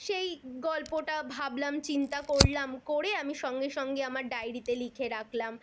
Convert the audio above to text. সেই গল্পটা ভাবলাম চিন্তা করলাম করে আমি সঙ্গে সঙ্গে আমার ডায়েরিতে লিখে রাখলাম